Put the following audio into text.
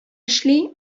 эшли